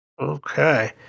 Okay